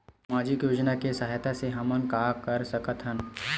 सामजिक योजना के सहायता से हमन का का कर सकत हन?